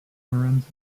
lorenzo